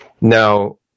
Now